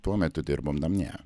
tuo metu dirbom namie